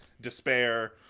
despair